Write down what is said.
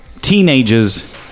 teenagers